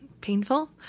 painful